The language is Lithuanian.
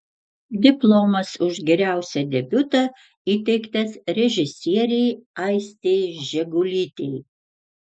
diplomas už geriausią debiutą įteiktas režisierei aistei žegulytei